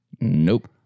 Nope